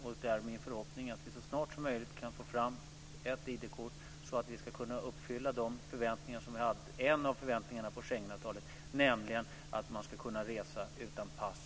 Det är min förhoppning att vi så snart som möjligt kan få fram ett ID-kort så att vi kan uppfylla en av de förväntningar vi har på Schengenavtalet, nämligen att man ska kunna resa utan pass.